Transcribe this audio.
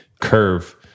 curve